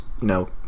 no